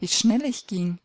wie schnell ich ging